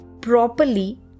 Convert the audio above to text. properly